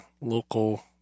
local